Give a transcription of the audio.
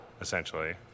essentially